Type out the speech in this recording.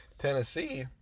Tennessee